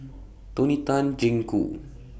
Tony Tan Jeng Koo